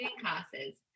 classes